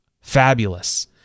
fabulous